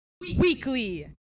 weekly